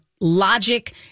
logic